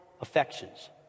affections